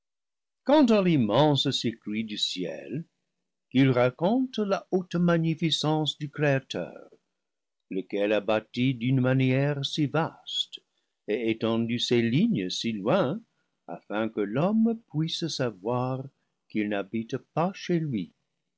quant à l'immense circuit du ciel qu'il raconte la haute magnificence du créateur lequel a bâti d'une manière si vaste et étendu ses lignes si loin afin que l'homme puisse savoir qu'il n'habite pas chez lui